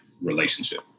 relationship